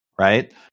right